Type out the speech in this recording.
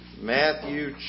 Matthew